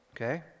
okay